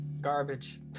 garbage